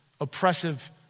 oppressive